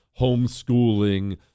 homeschooling